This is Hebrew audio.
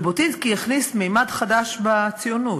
ז'בוטינסקי הכניס ממד חדש בציונות.